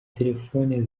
terefone